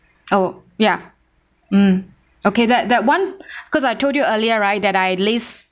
oh ya um okay that that one because I told you earlier right that I list